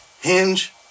Hinge